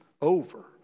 over